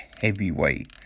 heavyweight